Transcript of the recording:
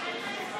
חברי הכנסת פורוש,